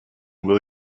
will